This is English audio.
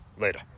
Later